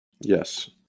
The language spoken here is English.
Yes